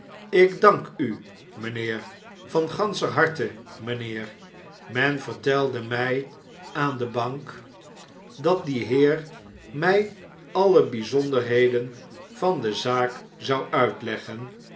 ik dank u mijnheer van ganscher harte mynheer men vertelde my aan de bank dat die heer mij alle byzonderheden van de zaak zou uitleggen